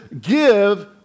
give